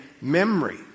memory